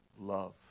love